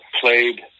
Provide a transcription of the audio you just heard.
played